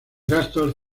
gastos